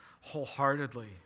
wholeheartedly